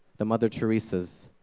the mother theresas,